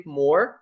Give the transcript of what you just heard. more